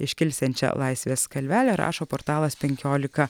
iškilsiančią laisvės kalvelę rašo portalas penkiolika